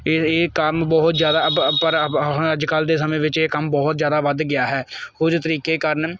ਇਹ ਕੰਮ ਬਹੁਤ ਜਿਆਦਾ ਪਰ ਹੁਣ ਅੱਜ ਕੱਲ ਦੇ ਸਮੇਂ ਵਿੱਚ ਇਹ ਕੰਮ ਬਹੁਤ ਜਿਆਦਾ ਵੱਧ ਗਿਆ ਹੈ ਕੁਝ ਤਰੀਕੇ ਕਾਰਨ